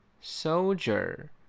Soldier